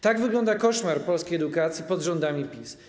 Tak wygląda koszmar polskiej edukacji pod rządami PiS.